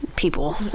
people